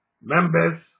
Members